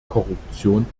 korruption